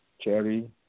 cherry